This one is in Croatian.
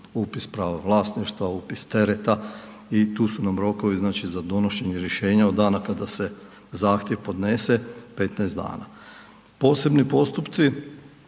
upis prava vlasništva, upis tereta i tu su nam rokovi znači za donošenje rješenja od dana kada se zahtjev podnese 15 dana. Posebni postupci,